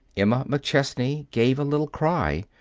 emma mcchesney gave a little cry.